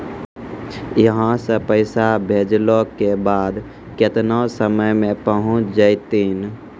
यहां सा पैसा भेजलो के बाद केतना समय मे पहुंच जैतीन?